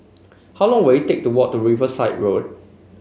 how long will it take to walk to Riverside Road